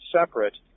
separate